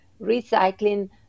recycling